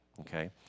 Okay